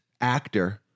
actor